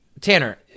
Tanner